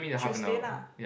Tuesday lah